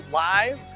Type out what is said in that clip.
live